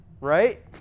right